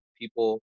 people